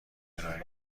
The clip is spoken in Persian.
ارائه